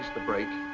the brake.